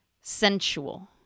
sensual